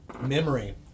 memory